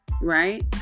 Right